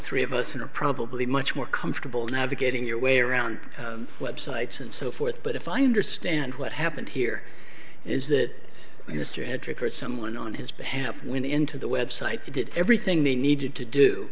three of us and are probably much more comfortable navigating your way around web sites and so forth but if i understand what happened here is that your sister had triggered someone on his behalf when into the website did everything they needed to do